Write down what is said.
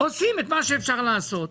ועושים את מה שאפשר לעשות.